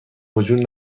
وجود